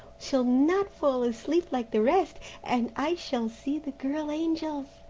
shall not fall asleep like the rest, and i shall see the girl-angels.